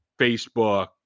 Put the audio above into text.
Facebook